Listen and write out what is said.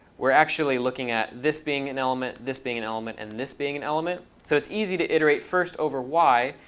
we're actually looking at this being an element, this being an element, and this being an element. so it's easy to iterate first over y,